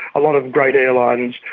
a lot of great airlines,